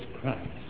Christ